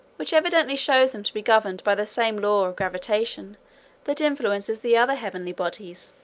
which evidently shows them to be governed by the same law of gravitation that influences the other heavenly bodies.